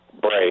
break